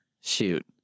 Shoot